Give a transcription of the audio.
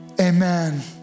Amen